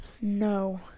No